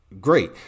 great